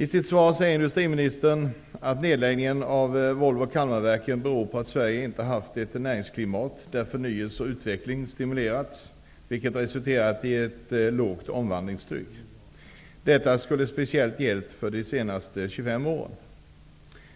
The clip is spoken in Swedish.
Industriministern säger i sitt svar att nedläggningen av Volvo Kalmarverken beror på att Sverige inte haft ett näringsklimat där förnyelse och utveckling stimulerats, vilket har resulterat i ett lågt omvandlingstryck. Detta skulle speciellt ha gällt de senaste 25 åren.